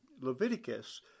Leviticus